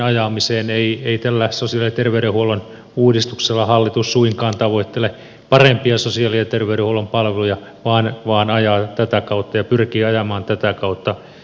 ei tällä sosiaali ja terveydenhuollon uudistuksella hallitus suinkaan tavoittele parempia sosiaali ja terveydenhuollon palveluja vaan ajaa ja pyrkii ajamaan tätä kautta suurkuntia